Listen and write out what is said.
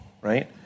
Right